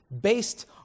based